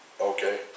Okay